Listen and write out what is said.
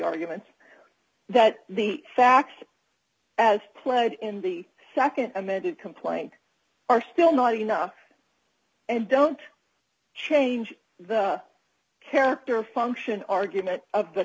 arguments that the facts as pled in the nd amended complaint are still not enough and don't change the character function argument of the